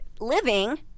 living